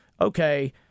okay